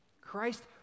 Christ